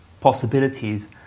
possibilities